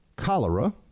cholera